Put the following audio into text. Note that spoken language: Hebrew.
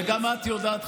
וגם את יודעת,